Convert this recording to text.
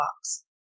box